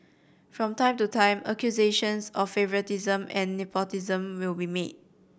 from time to time accusations of favouritism and nepotism will be made